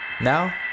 Now